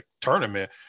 tournament